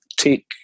Take